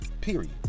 period